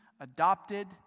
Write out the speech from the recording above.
adopted